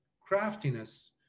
craftiness